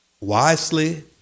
wisely